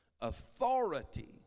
authority